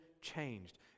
changed